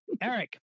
Eric